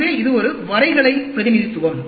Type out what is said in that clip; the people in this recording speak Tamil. எனவே இது ஒரு வரைகலை பிரதிநிதித்துவம்